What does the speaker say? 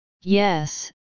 Yes